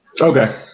okay